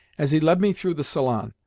as he led me through the salon,